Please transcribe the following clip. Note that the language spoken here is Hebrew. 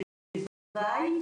הלוואי,